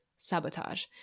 sabotage